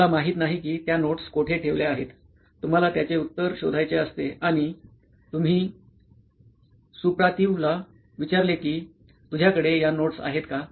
तुम्हाला माहित नाही की त्या नोट्स कोठे ठेवल्या आहेत तुम्हाला त्याचे उत्तर शोधायचे असते आणि तुम्ही सुप्रातीव्हला विचारले की तुझ्याकडे या नोट्स आहेत का